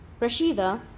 Rashida